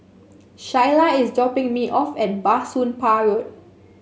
Shyla is dropping me off at Bah Soon Pah Road